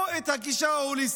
או הגישה הוליסטית.